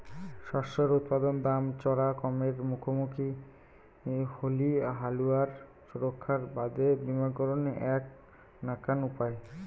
শস্যের উৎপাদন দাম চরা কমের মুখামুখি হলি হালুয়ার সুরক্ষার বাদে বীমাকরণ এ্যাক নাকান উপায়